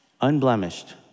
unblemished